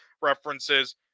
references